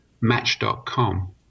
Match.com